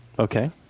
Okay